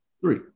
Three